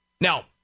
Now